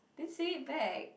then say it back